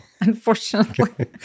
Unfortunately